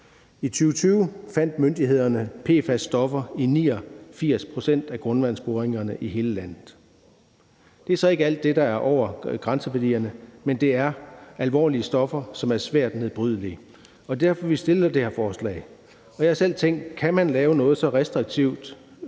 I 2020 fandt myndighederne PFAS-stoffer i 89 pct. af grundvandsboringerne i hele landet. Det er så ikke alt, der er over grænseværdierne, men det er alvorlige stoffer, som er svært nedbrydelige. Derfor har vi fremsat det her forslag. Jeg har selv tænkt, om man kan lave noget så restriktivt,